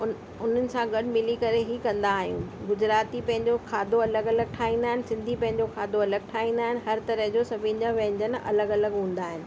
उन उन्हनि सां गॾु मिली करे ई कंदा आहियूं गुजराती पंहिंजो खाधो अलॻि अलॻि ठाहींदा आहिनि सिंधी पंहिंजो खाधो अलॻि ठाहींदा आहिनि हर तरह जो सभिनि जा व्यंजन अलॻि अलॻि हूंदा आहिनि